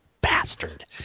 bastard